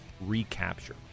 recapture